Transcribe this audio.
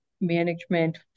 management